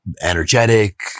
energetic